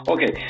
Okay